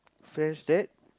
friends that